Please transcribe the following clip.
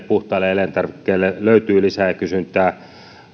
puhtaille elintarvikkeille löytyy lisää kysyntää